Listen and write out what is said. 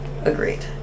Agreed